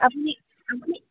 আপুনি আপুনি